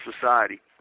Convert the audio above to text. society